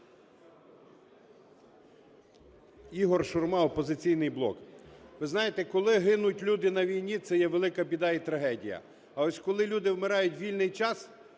Ігор Шурма, "Опозиційн ий блок". Ви знаєте, коли гинуть люди на війні, це є велика біда і трагедія, а ось коли люди вмирають у вільний час